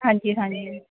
ਹਾਂਜੀ ਹਾਂਜੀ